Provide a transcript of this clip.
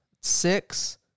six